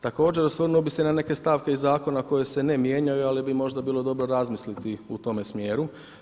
Također, osvrnuo bih se na neke stavke iz Zakona koje se ne mijenjaju, ali bi možda bilo dobro razmisliti u tome smjeru.